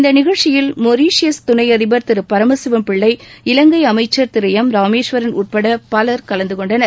இந்த நிகழ்ச்சியில் மொரிஷீயஸ் துணை அதிபர் திரு பரமசிவம்பிள்ளை இலங்கை அமைச்ச் திரு எம் ராமேஸ்வரன் உட்பட பலர் கலந்துகொண்டனர்